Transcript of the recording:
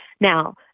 Now